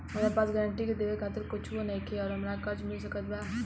हमरा पास गारंटी मे देवे खातिर कुछूओ नईखे और हमरा कर्जा मिल सकत बा?